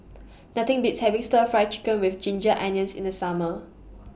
Nothing Beats having Stir Fry Chicken with Ginger Onions in The Summer